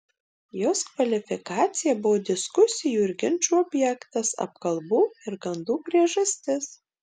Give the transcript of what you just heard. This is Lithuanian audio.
jos kvalifikacija buvo diskusijų ir ginčų objektas apkalbų ir gandų priežastis